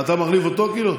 אתה מחליף אותו, כאילו?